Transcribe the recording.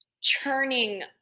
churning